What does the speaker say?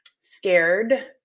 scared